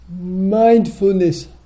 mindfulness